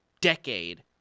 decade